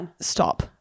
Stop